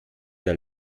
der